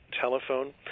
telephone